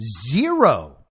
zero